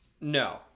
No